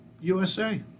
USA